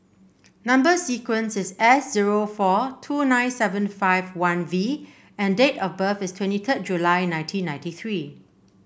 number sequence is S zero four two nine seven five one V and date of birth is twenty third July nineteen ninety three